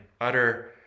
utter